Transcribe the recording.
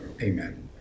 Amen